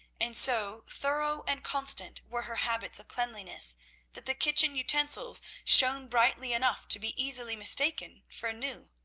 and so thorough and constant were her habits of cleanliness that the kitchen utensils shone brightly enough to be easily mistaken for new.